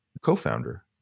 co-founder